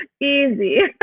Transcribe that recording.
easy